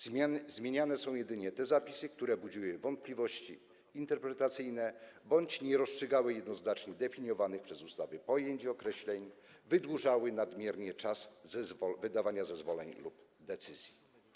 Zmieniane są jedynie te zapisy, które budziły wątpliwości interpretacyjne bądź nie rozstrzygały jednoznacznie definiowanych przez ustawy pojęć i określeń, wydłużały nadmiernie czas wydawania zezwoleń lub decyzji.